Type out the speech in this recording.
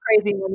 crazy